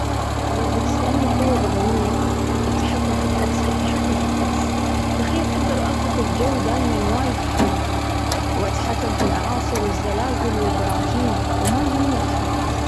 لو بتسألني، قوة بدنية التحكم في الطقس- التحكم في الطقس؟ تخيل، أقدر أضبط الجو دايم، وايد حلو. وأتحكم في الأعاصر والزلازل والبراكين، وما يهمني أحد.